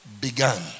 began